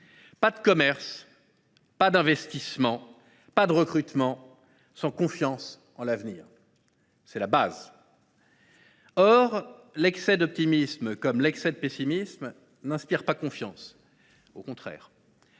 Pas de commerce, pas d’investissements, pas de recrutement sans confiance en l’avenir. Or l’excès d’optimisme, comme l’excès de pessimisme, n’inspire pas confiance. Au contraire